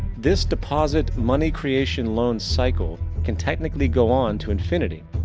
this deposit money creation loan cycle can technically go on to infinity.